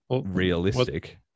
realistic